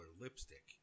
lipstick